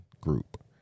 group